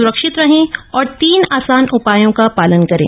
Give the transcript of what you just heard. स्रक्षित रहें और तीन आसप्रम उप यों क प लन करें